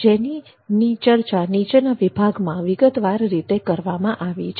જેની ચર્ચા નીચેના વિભાગમાં વિગતવાર રીતે કરવામાં આવી છે